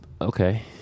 Okay